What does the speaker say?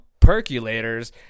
percolators